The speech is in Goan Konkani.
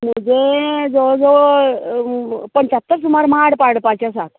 म्हगेलें जवळ जवळ पंच्यात्तर सुमार माड पाडपाचे आसात